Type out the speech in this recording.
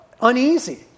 uneasy